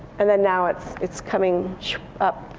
and then now it's it's coming up.